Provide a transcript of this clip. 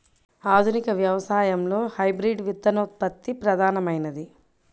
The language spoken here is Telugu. ఆధునిక వ్యవసాయంలో హైబ్రిడ్ విత్తనోత్పత్తి ప్రధానమైనది